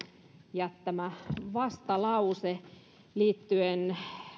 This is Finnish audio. jättämä vastalause liittyen